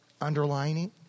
underlining